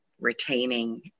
retaining